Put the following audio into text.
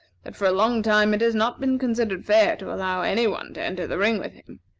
that for a long time it has not been considered fair to allow any one to enter the ring with him.